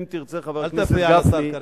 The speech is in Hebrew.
אם תרצה, חבר הכנסת גפני, אל תפריע לשר כרגע.